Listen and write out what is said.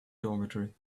dormitory